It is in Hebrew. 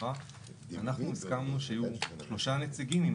אנחנו הסכמנו שיהיו שלושה נציגים עם